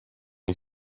you